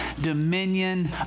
dominion